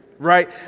right